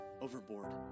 overboard